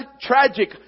tragic